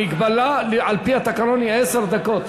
המגבלה, על-פי התקנון, היא עשר דקות.